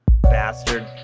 bastard